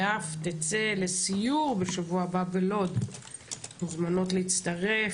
ואף תצא לסיור בשבוע הבא בלוד - מוזמנות להצטרף.